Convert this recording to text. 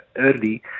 early